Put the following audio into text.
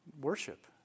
Worship